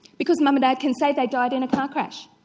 because mum and dad can say they died in a car crash,